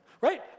right